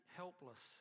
helpless